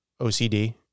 OCD